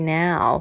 now